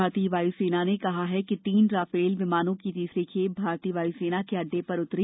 भारतीय वायु सेना ने कहा कि तीन राफेल विमानों की तीसरी खेप भारतीय वायुसेना के अड्डे पर उतरी